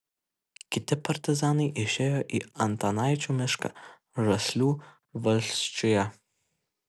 kiti partizanai išėjo į antanaičių mišką žaslių valsčiuje